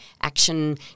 action